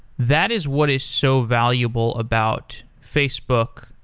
that is what is so valuable about facebook,